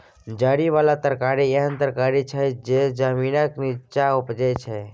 जरि बला तरकारी एहन तरकारी छै जे जमीनक नींच्चाँ उपजै छै